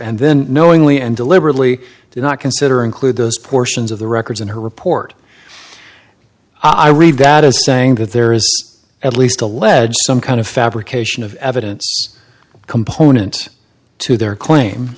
and then knowingly and deliberately did not consider include those portions of the records in her report i read that as saying that there is at least alleged some kind of fabrication of evidence component to their claim